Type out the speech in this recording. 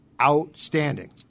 outstanding